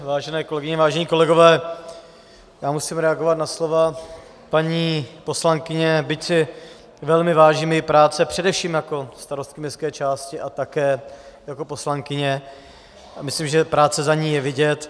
Vážené kolegyně, vážení kolegové, musím reagovat na slova paní poslankyně, byť si velmi vážím její práce především jako starostky městské části a také jako poslankyně, myslím, že je za ní práce vidět.